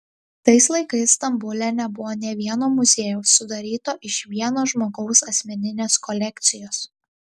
tais laikais stambule nebuvo nė vieno muziejaus sudaryto iš vieno žmogaus asmeninės kolekcijos